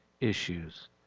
issues